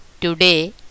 Today